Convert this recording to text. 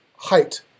height